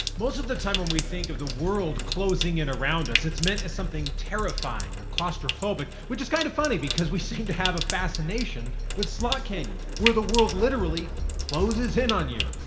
most of the time when we think of the world closing in around us it's meant as something terrifying or claustrophobic, which is kind of funny because we seem to have a fascination with slot canyons, where the world literally closes in on you.